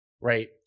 Right